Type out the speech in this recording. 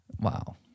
Wow